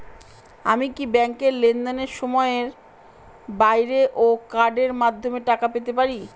আমি কি ব্যাংকের লেনদেনের সময়ের বাইরেও কার্ডের মাধ্যমে টাকা পেতে পারি?